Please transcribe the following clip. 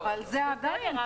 אבל זה עדיין.